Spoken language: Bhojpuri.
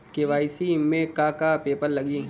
के.वाइ.सी में का का पेपर लगी?